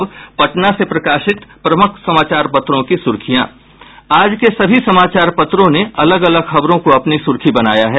अब पटना से प्रकाशित प्रमुख समाचार पत्रों की सुर्खियां आज के सभी समाचार पत्रों ने अलग अलग खबरों को अपनी सुर्खी बनाया है